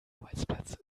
arbeitsplatz